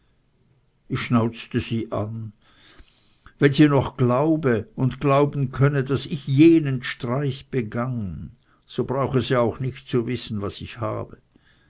schnauzte sie an wenn sie noch glaube und glauben könne daß ich jenen streich begangen so brauche sie auch nicht zu wissen was ich habe